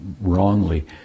wrongly